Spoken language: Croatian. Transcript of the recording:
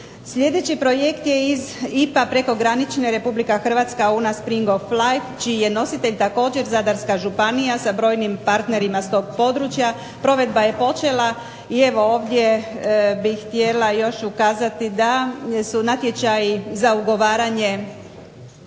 Sljedeći projekt je iz IPA prekogranične Republika Hrvatske ..., čiji je nositelj također Zadarska županija sa brojnim partnerima sa toga područja, provedba je počela i evo ovdje bih htjela još ukazati da su natječaji za ugovaranje